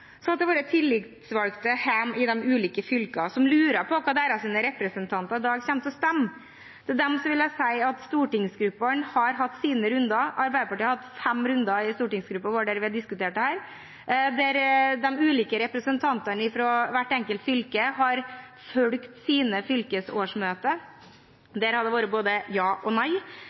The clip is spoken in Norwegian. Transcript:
Så til våre tillitsvalgte hjemme i de ulike fylkene som lurer på hva deres representanter i dag kommer til å stemme. Til dem vil jeg si at stortingsgruppene har hatt sine runder. Arbeiderpartiet har hatt fem runder i stortingsgruppen der vi har diskutert dette. De ulike representantene fra hvert enkelt fylke har fulgt sine fylkesårsmøter. Der har det vært både ja og nei.